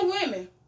women